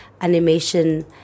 animation